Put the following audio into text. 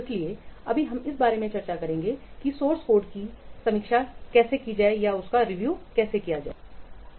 इसलिए अभी हम इस बारे में चर्चा करेंगे कि सोर्स कोड की समीक्षा कैसे की जा सकती है